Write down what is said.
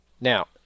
Now